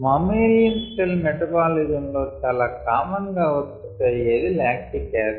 mammalian cell metabolism లో చాలా common గా ఉత్పత్తి అయ్యేది లాక్టిక్ యాసిడ్